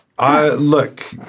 Look